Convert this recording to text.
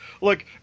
look